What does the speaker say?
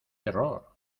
terror